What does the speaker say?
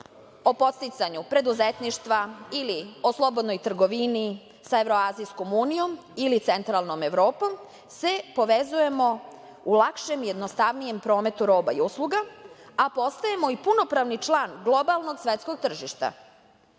o podsticanju preduzetništva ili o slobodnoj trgovini sa Evroazijskom unijom ili centralnom Evropom se povezujemo u lakšem i jednostavnijem prometa roba i usluga, a postajemo i punopravni član globalnog svetskog tržišta,